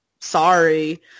sorry